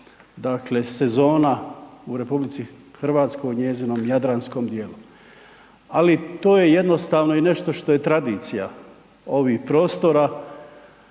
dakle sezona u RH u njezinom jadranskom dijelu. Ali to je jednostavno i nešto što je tradicija ovih prostora,